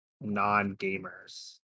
non-gamers